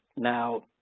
now,